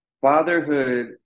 Fatherhood